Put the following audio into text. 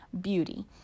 beauty